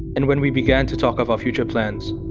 and when we began to talk of our future plans,